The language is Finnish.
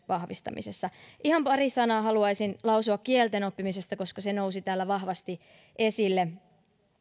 vahvistamisessa ihan pari sanaa haluaisin lausua kielten oppimisesta koska se nousi täällä vahvasti esille